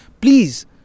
please